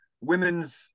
women's